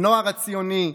הנוער הציוני,